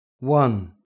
One